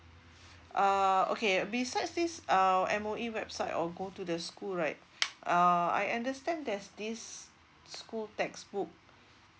uh okay besides this uh M_O_E website or go to the school right uh I understand there's this school textbook